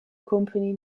company